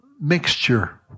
mixture